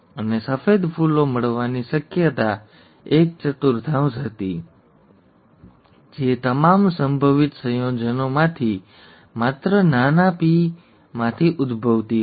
અને સફેદ ફૂલો મળવાની શક્યતા એક ચતુર્થાંશ હતી જે તમામ સંભવિત સંયોજનોમાંથી માત્ર નાના p નાના p માંથી ઉદ્ભવતી હતી